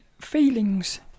feelings